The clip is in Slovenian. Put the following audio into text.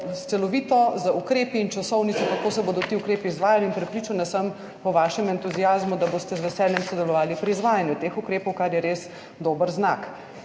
celovito, z ukrepi in časovnico kako se bodo ti ukrepi izvajali in prepričana sem, po vašem entuziazmu, da boste z veseljem sodelovali pri izvajanju teh ukrepov, kar je res dober znak.